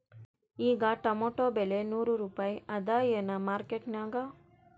ಈಗಾ ಟೊಮೇಟೊ ಬೆಲೆ ನೂರು ರೂಪಾಯಿ ಅದಾಯೇನ ಮಾರಕೆಟನ್ಯಾಗ?